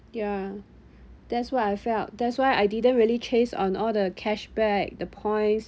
ya that's what I felt that's why I didn't really chase on all the cashback the points